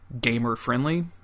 gamer-friendly